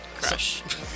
Crush